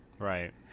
right